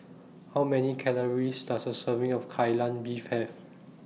How Many Calories Does A Serving of Kai Lan Beef Have